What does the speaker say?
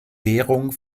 währung